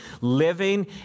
living